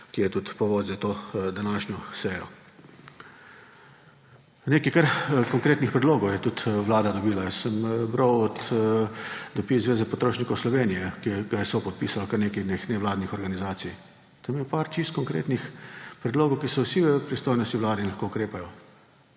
ki je tudi povod za to današnjo sejo. Nekaj kar konkretnih predlogov je tudi vlada dobila. Jaz sem bral dopis Zveze potrošnikov Slovenije, ki ga je sopodpisalo kar nekaj nevladnih organizacij. Tam je bilo nekaj čisto konkretnih predlogov, ki so vsi v pristojnosti vlade in lahko ukrepajo.